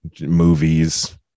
movies